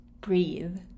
Breathe